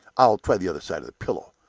i'll try the other side of the pillow.